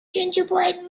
gingerbread